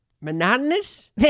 Monotonous